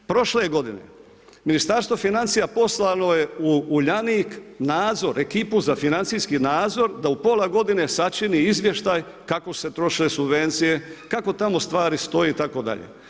Prošle godine Ministarstvo financija poslalo je u Uljanik nadzor, ekipu za financijski nadzor da u pola godine sačini izvještaj kako su se trošile subvencije, kako tamo stvari stoje itd.